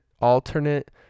alternate